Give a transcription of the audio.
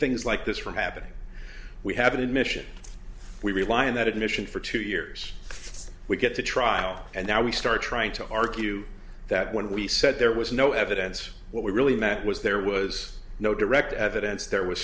things like this from happening we have an admission we rely on that admission for two years we get to trial and now we start trying to argue that when we said there was no evidence what we really that was there was no direct evidence there was